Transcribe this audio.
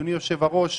אדוני היושב-ראש,